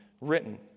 written